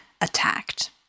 attacked